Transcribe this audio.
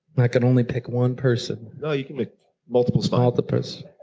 i can only pick one person. no, you can pick multiples, fine. multiples.